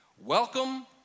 Welcome